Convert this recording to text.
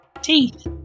Teeth